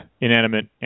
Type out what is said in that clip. inanimate